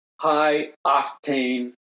high-octane